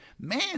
man